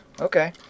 Okay